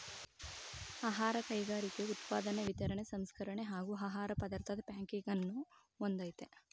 ಆಹಾರ ಕೈಗಾರಿಕೆಯು ಉತ್ಪಾದನೆ ವಿತರಣೆ ಸಂಸ್ಕರಣೆ ಹಾಗೂ ಆಹಾರ ಪದಾರ್ಥದ್ ಪ್ಯಾಕಿಂಗನ್ನು ಹೊಂದಯ್ತೆ